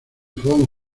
von